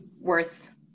worth